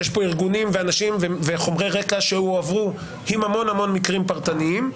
יש פה ארגונים ואנשים וחומרי רקע שהועברו עם המון המון מקרים פרטניים,